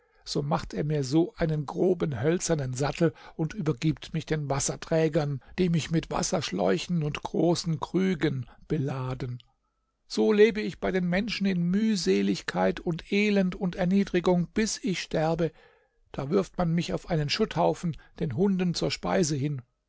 so macht er mir so einen groben hölzernen sattel und übergibt mich den wasserträgern die mich mit wasserschläuchen und großen krügen beladen so lebe ich bei den menschen in mühseligkeit und elend und erniedrigung bis ich sterbe da wirft man mich auf einen schutthaufen den hunden zur speise hin